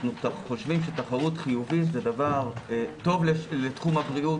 אנחנו חושבים שתחרות חיובית זה דבר טוב לתחום הבריאות,